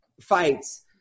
fights